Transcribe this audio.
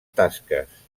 tasques